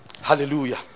Hallelujah